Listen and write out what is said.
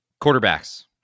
quarterbacks